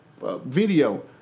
Video